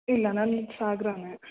ಇಲ್ಲ ನಾನೀಗ ಸಾಗರಾನೇ